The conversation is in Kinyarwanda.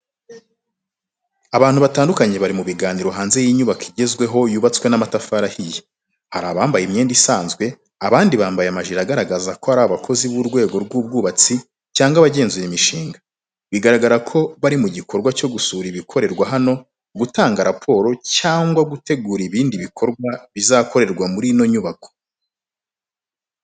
Abantu batandukanye bari mu biganiro hanze y’inyubako igezweho yubatswe n’amatafari ahiye. Hari abambaye imyenda isanzwe, abandi bambaye amajire agaragaza ko ari abakozi b’urwego rw’ubwubatsi cyangwa abagenzura imishinga. Bigaragara ko bari mu gikorwa cyo gusura ibikorerwa hano, gutanga raporo cyangwa gutegura ibindi bikorwa bizakorerwa muri ino nyubako.